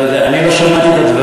אני לא יודע, לא שמעתי את הדברים.